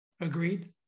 Agreed